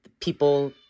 people